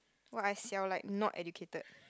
!wah! I xiao like not educated